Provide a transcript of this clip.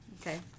Okay